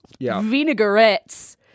vinaigrettes